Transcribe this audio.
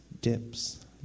Dips